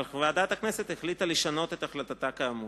אך ועדת הכנסת החליטה לשנות את החלטתה כאמור.